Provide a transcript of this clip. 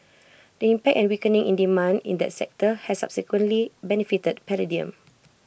the impact and weakening in demand in that sector has subsequently benefited palladium